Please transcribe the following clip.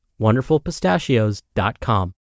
WonderfulPistachios.com